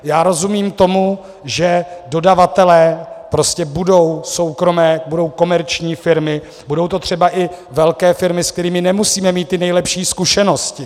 Já rozumím tomu, že dodavatelé prostě budou soukromé komerční firmy, budou to třeba i velké firmy, se kterými nemusíme mít ty nejlepší zkušenosti.